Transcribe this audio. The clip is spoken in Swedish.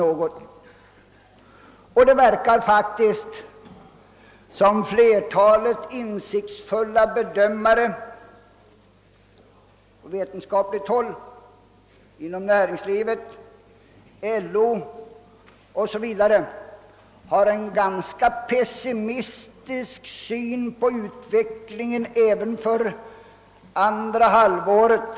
Men flertalet insiktsfulla bedömare inom vetenskapen, näringslivet, LO 0. s. v. tycks ha en ganska pessimistisk syn på konjunkturutvecklingen även för andra halvåret.